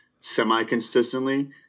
Semi-consistently